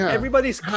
Everybody's